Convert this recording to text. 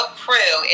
crew